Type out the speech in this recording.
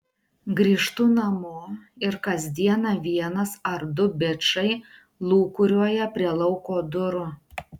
grįžtu namo ir kas dieną vienas ar du bičai lūkuriuoja prie lauko durų